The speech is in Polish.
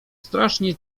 strasznie